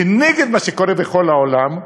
כנגד מה שקורה בכל העולם.